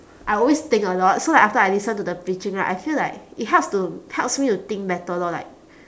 I always think a lot so like after I listen to the preaching right I feel like it helps to helps me to think better lor like